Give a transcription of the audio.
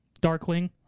darkling